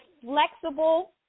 flexible